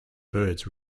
byrds